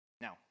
Now